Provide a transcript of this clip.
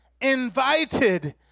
Invited